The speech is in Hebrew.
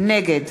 נגד